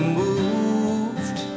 moved